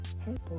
Help